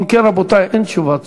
אם כן, רבותי, אין תשובת